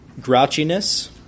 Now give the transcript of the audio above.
grouchiness